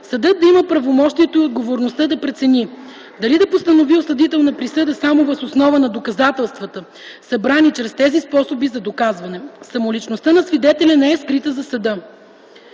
съдът да има правомощието и отговорността да прецени дали да постанови осъдителна присъда само въз основа на доказателствата, събрани чрез тези способи за доказване. Самоличността на свидетеля не е скрита за съда.